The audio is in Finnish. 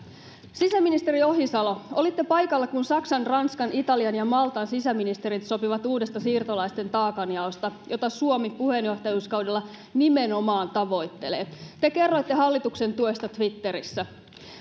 sisäministeri ohisalo olitte paikalla kun saksan ranskan italian ja maltan sisäministerit sopivat uudesta siirtolaisten taakan jaosta jota suomi puheenjohtajuuskaudella nimenomaan tavoittelee te kerroitte hallituksen tuesta twitterissä